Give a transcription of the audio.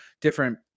different